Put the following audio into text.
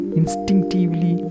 instinctively